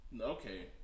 Okay